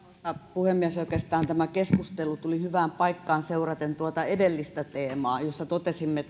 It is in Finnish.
puhemies oikeastaan tämä keskustelu tuli hyvään paikkaan seuraten tuota edellistä teemaa jossa totesimme